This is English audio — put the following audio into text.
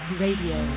radio